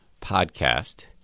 podcast